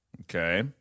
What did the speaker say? Okay